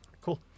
cool